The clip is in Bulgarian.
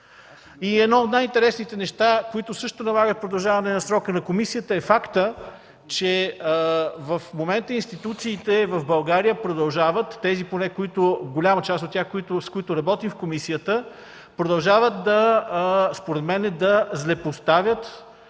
Едно от най-интересните неща, които също налагат удължаване срока на комисията, е фактът, че в момента институциите в България – тези, с голяма част от които работим в комисията, продължават, според мен, да злепоставят